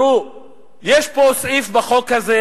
יש סעיף בחוק הזה